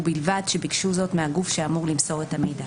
ובלבד שביקשו זאת מהגוף שאמור למסור את המידע."